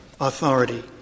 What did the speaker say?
authority